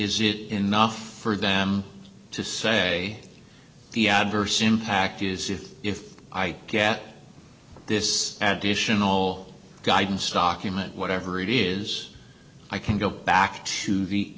is it enough for them to say the adverse impact is it if i get this admission all guidance documents whatever it is i can go back to the